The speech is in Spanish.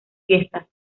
fiestas